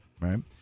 right